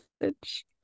message